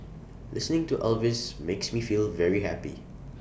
listening to Elvis makes me feel very happy